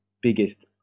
biggest